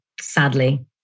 sadly